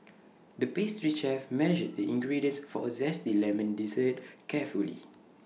the pastry chef measured the ingredients for A Zesty Lemon Dessert carefully